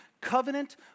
covenant